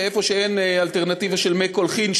ובמקומות שאין אלטרנטיבה של מי קולחין,